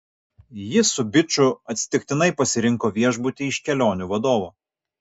jis su biču atsitiktinai pasirinko viešbutį iš kelionių vadovo